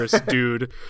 dude